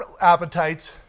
appetites